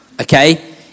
okay